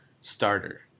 starter